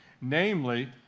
Namely